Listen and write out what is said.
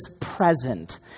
present